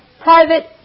private